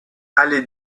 allée